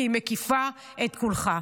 כי היא מקיפה את כולך.